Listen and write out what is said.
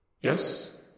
Yes